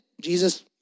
Jesus